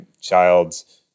child's